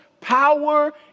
power